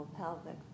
Pelvic